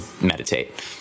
meditate